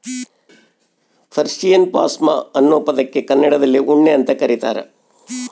Persian ಪಾಷ್ಮಾ ಅನ್ನೋ ಪದಕ್ಕೆ ಕನ್ನಡದಲ್ಲಿ ಉಣ್ಣೆ ಅಂತ ಕರೀತಾರ